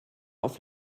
auf